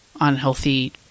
unhealthy